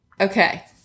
okay